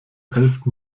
elften